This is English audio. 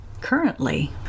currently